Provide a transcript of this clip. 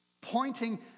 pointing